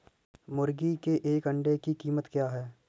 मुर्गी के एक अंडे की कीमत क्या है?